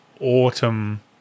autumn